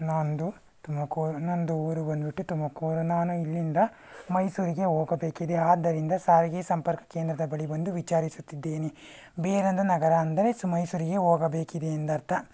ನನ್ನದು ತುಮಕೂರು ನನ್ನದು ಊರು ಬಂದುಬಿಟ್ಟು ತುಮಕೂರು ನಾನು ಇಲ್ಲಿಂದ ಮೈಸೂರಿಗೆ ಹೋಗಬೇಕಿದೆ ಆದ್ದರಿಂದ ಸಾರಿಗೆ ಸಂಪರ್ಕ ಕೇಂದ್ರದ ಬಳಿ ಬಂದು ವಿಚಾರಿಸುತ್ತಿದ್ದೇನೆ ಬೇರೊಂದು ನಗರ ಅಂದರೆ ಸು ಮೈಸೂರಿಗೆ ಹೋಗಬೇಕಿದೆ ಎಂದರ್ಥ